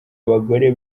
abagore